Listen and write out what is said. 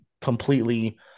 completely